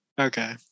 Okay